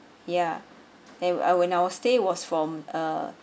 ya and I when I was stay was from a